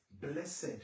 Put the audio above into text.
Blessed